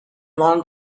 long